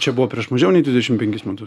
čia buvo prieš mažiau nei dvidešim penkis metus